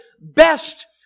best